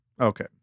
Okay